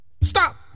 Stop